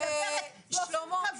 אורית, שמענו.